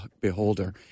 beholder